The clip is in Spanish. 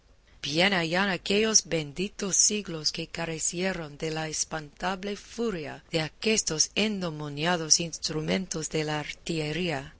bien hayan aquellos benditos siglos que carecieron de la espantable furia de aquestos endemoniados instrumentos de la